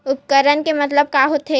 उपकरण के मतलब का होथे?